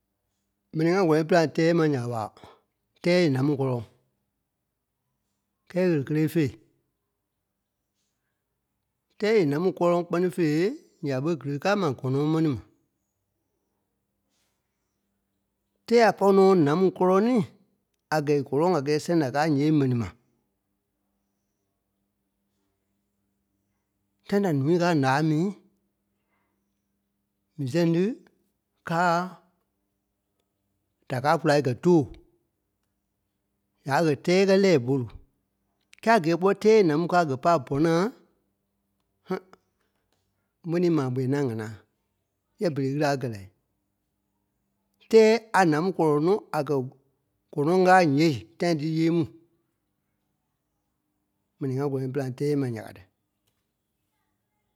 Mɛnii ŋá kɔ́lɔŋ e pîlaŋ tɛ́ɛ ma ya ɓa, tɛ́ɛ e nâmu kɔ́lɔŋ. Kɛ́lɛ ɣele kélee féi. Tɛ́ɛ e nâmu kɔ́lɔŋ kpɛni fɛ̂i ya ɓe kili kaa mai gɔnɔŋ m̀ɛni ma. Tɛ́ɛ a pɔri nɔ̀ nâmu kɔ́lɔnii a kɛ̀ e kɔ́lɔŋ a kɛ́ɛ sɛŋ da káa nyee mɛni ma. Tãi da nùui káa ǹáa mii, mi sɛŋ dí káa- da kaa kula kɛ̀ tòo ya a kɛ̀ tɛ́ɛ kɛ̀ lɛɛi pôlu. Kɛ́ɛ a kɛɛ kpɔ tɛ́ɛ e nâmu káa kɛ̀ pa ɓɔ naa m̀ve-ní maa kpɛɛ ní a ŋànaa nyɛɛ berei ɣîla a kɛ la. Tɛ́ɛ a nâmu kɔ́lɔŋ nɔ̀ a kɛ̀ gɔnɔŋ káa nyee tãi dí yeei mu. M̀ɛnii ŋá kɔ́lɔŋ e pîlaŋ tɛ́ɛ ma ya kaa tí.